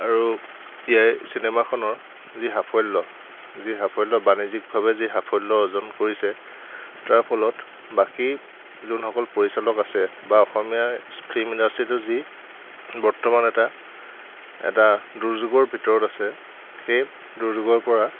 আৰু ইয়াৰে চিনেমাখনৰ যি সাফল্য যি সাফল্য বাণিজ্যিকভাৱে যি সাফল্য অৰ্জন কৰিছে তাৰ ফলত বাকী যোনসকল পৰিচালক আছে বা অসমীয়া ফিল্ম ইণ্ডাষ্ট্ৰিটো যি বৰ্তমান এটা এটা দুৰ্যোগৰ ভিতৰত আছে সেই দুৰ্যোগৰ পৰা